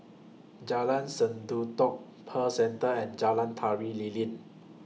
Jalan Sendudok Pearl Centre and Jalan Tari Lilin